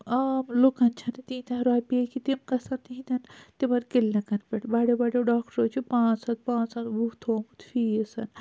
عام لُکن چھَنہٕ تیٖتِیہ رۄپیہِ کیٚنٛہہ کہِ تِم گَژھن تہنٛدٮ۪ن تِمَن کِلنِکَن پٮ۪ٹھ بَڑٮ۪و بَڑیو ڈاکٹَرو چھ پانژھ ہتھ پانژھ ہتھ وُہ تھومُت فیس